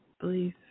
believe